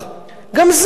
גם זה בסדר.